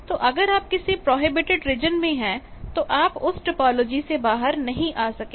तो अगर आप किसी प्रोहिबिटेड रीजन में है तो आप उस टोपोलॉजी से बाहर नहीं आ सकते